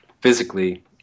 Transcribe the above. physically